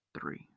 three